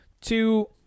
two